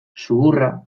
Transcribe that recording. zuhurra